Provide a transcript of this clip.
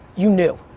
you knew,